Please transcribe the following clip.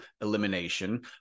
elimination